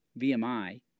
VMI